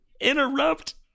interrupt